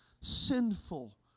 sinful